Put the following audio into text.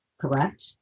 correct